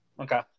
Okay